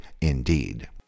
indeed